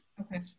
Okay